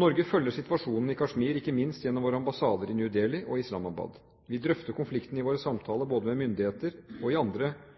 Norge følger situasjonen i Kashmir ikke minst gjennom våre ambassader i New Dehli og Islamabad. Vi drøfter konflikten i våre samtaler, både med myndigheter og andre i